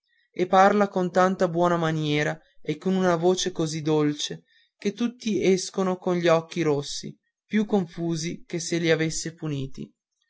e parla con tanta buona maniera e con una voce così dolce che tutti escono con gli occhi rossi più confusi che se li avesse puniti